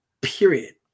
period